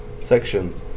sections